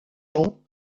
ans